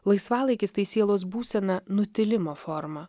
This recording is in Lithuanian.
laisvalaikis tai sielos būsena nutilimo forma